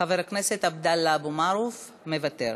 חבר הכנסת עבדאללה אבו מערוף, מוותר.